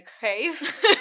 cave